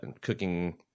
cooking